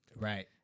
Right